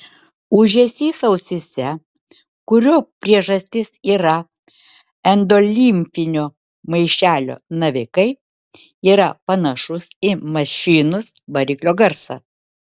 ūžesys ausyse kurio priežastis yra endolimfinio maišelio navikai yra panašus į mašinos variklio garsą